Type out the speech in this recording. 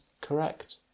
correct